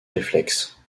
réflexes